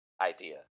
idea